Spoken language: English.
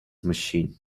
machine